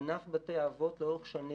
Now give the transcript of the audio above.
ענף בתי האבות לאורך השנים